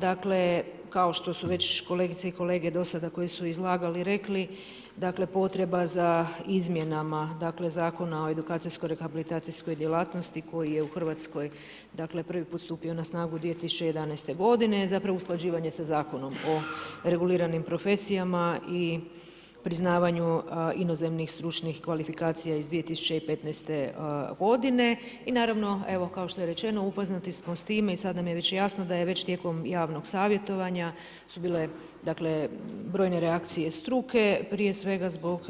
Dakle, kao što su već kolegice i kolege dosada koji su iz lagali rekli, dakle potreba za izmjenama dakle Zakona o edukacijsko-rehabilitacijskoj djelatnosti koji je u Hrvatskoj prvi put stupio na snagu 2011. godine, zapravo usklađivanje sa Zakonom o reguliranim profesijama i priznavanju inozemnih stručnih kvalifikacija iz 2015. godine i naravno evo kao što je rečeno upoznati smo s time i sad nam je već jasno da je već tijekom javnog savjetovanja su bile dakle brojne reakcije struke prije svega zbog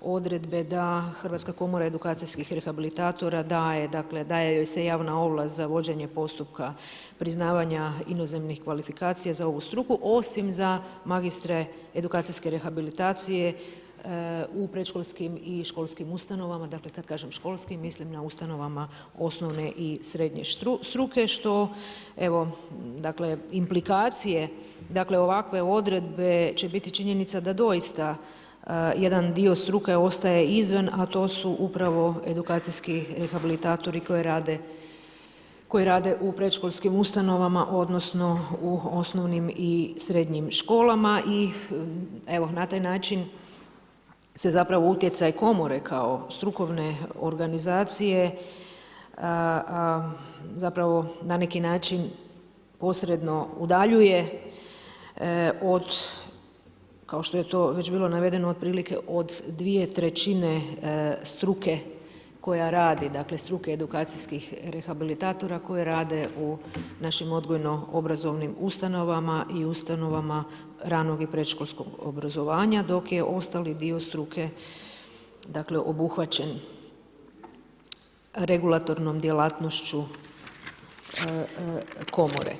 odredbe da Hrvatska komora edukacijskih rehabilitarora daje, dakle joj se javna ovlast za vođenje postupka priznavanja inozemnih kvalifikacija za ovu struku, osim za magistre edukacijske rehabilitacije u predškolskim i školskim ustanovama, dakle kad kažem školskim mislim na ustanove osnovne i srednje struke što evo dakle implikacije, dakle ovakve odredbe će biti činjenica da doista jedan struke ostaje izvan a to su upravo edukacijski rehabilitatori koji rade u predškolskim ustanovama odnosno u osnovnim i srednjim školama i evo na taj način se zapravo utjecaj komore kao strukovne organizacije zapravo na neki način posredno udaljuje od kao što je to već bilo navedeno otprilike 2/3 struke koja radi, dakle struke edukacijskih rehabilitatora koji rade u našim odgojno obrazovnim ustanovama i ustanovama radnog i predškolskog obrazovanja dok je ostali dio struke dakle obuhvaćen regulatornom djelatnošću komore.